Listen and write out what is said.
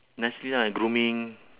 nicely lah grooming